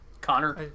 connor